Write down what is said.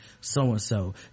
so-and-so